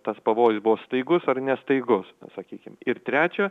tas pavojus buvo staigus ar ne staigus sakykime ir trečia